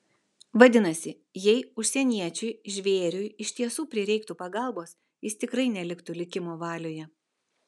vadinasi jei užsieniečiui žvėriui iš tiesų prireiktų pagalbos jis tikrai neliktų likimo valioje